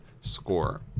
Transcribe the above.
score